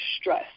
stress